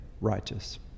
righteous